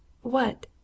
What